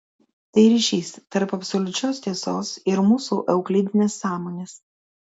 tai ryšys tarp absoliučios tiesos ir mūsų euklidinės sąmonės